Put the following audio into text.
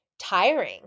Tiring